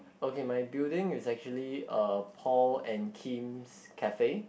okay my building is actually uh Paul and Kim's cafe